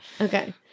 Okay